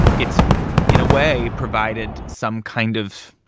it's in a way provided some kind of.